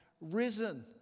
risen